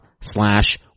slash